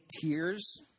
tears